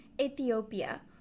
Ethiopia